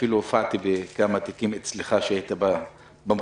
ואפילו הופעתי בכמה תיקים אצלך כאשר היית במחוזי,